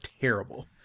terrible